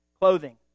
clothing